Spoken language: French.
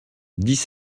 dix